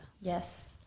Yes